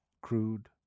Crude